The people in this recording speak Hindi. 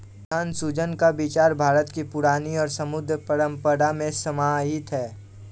धन सृजन का विचार भारत की पुरानी और समृद्ध परम्परा में समाहित है